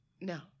No